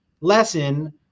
lesson